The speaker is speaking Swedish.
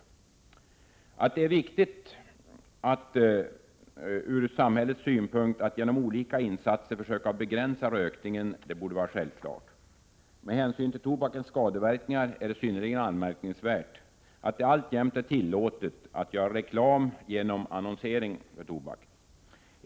Att det är viktigt från samhällets synpunkt att genom olika insatser försöka begränsa rökningen borde vara självklart. Med hänsyn till tobakens skadeverkningar är det synnerligen anmärkningsvärt att det alltjämt är tillåtet att göra reklam för tobak genom annonsering.